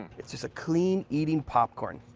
it's it's a clean eating popcorn.